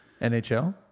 NHL